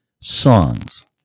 songs